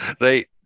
Right